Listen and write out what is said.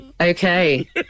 Okay